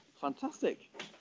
fantastic